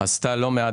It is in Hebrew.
עשתה לא מעט